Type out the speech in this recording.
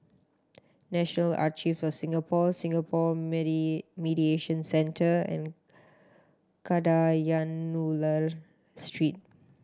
National Archive of Singapore Singapore Mediation Centre and Kadayanallur Street